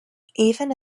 even